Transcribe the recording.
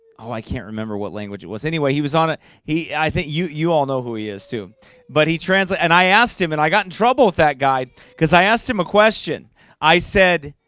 oh i can't remember what language it was. anyway, he was on it he i think you you all know who he is, too but he transit and i asked him and i got in trouble with that guy because i asked him a question i said